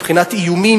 מבחינת איומים,